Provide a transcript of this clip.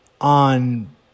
on